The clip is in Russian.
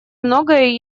многое